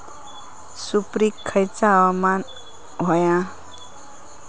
सुपरिक खयचा हवामान होया?